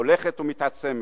הולכת ומתעצמת,